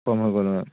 কম হৈ গ'ল হৈ